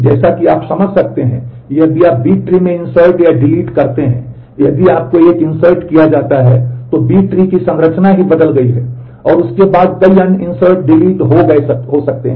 जैसा कि आप समझ सकते हैं कि यदि आप बी ट्री की संरचना ही बदल गई है और उसके बाद कई अन्य इन्सर्ट डिलीट हो गए हो सकते हैं